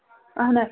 اَہن حظ